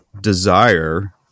desire